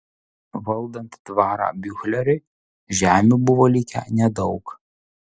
valdant dvarą biuchleriui žemių buvo likę nedaug